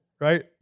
Right